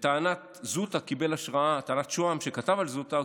לטענת שוהם, שכתב על זוטא,